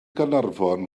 gaernarfon